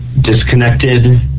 Disconnected